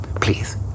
please